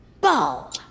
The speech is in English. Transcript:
Ball